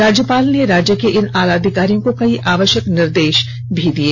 राज्यपाल ने राज्य के इन आलाधिकारियों को कई आवष्यक दिषा निर्देष भी दिये